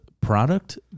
product